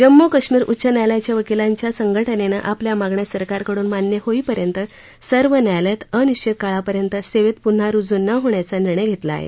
जम्मू कश्मीर उच्च न्यायालयाच्या वकीलांच्या संघटनेनं आपल्या मागण्या सरकारकडून मान्य होईपर्यंत सर्व न्यायालयात अनिश्चित काळापर्यंत सेवेत पुन्हा रुजू न होण्याचा निर्णय घेतला आहे